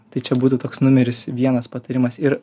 tai čia būtų toks numeris vienas patarimas ir